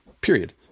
period